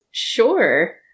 Sure